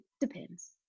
depends